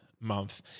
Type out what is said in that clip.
month